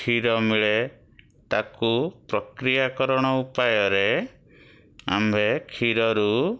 କ୍ଷୀର ମିଳେ ତାକୁ ପ୍ରକ୍ରିୟାକରଣ ଉପାୟରେ ଆମ୍ଭେ କ୍ଷୀରରୁ